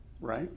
right